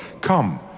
Come